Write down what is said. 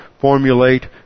formulate